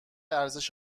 ارزش